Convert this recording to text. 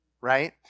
right